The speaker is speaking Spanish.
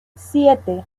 siete